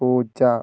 പൂച്ച